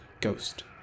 Ghost